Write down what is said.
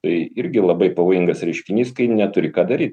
tai irgi labai pavojingas reiškinys kai neturi ką daryt